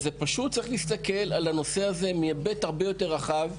פשוט צריך להסתכל על הנושא הזה מהיבט הרבה יותר רחב.